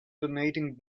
donating